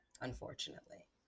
unfortunately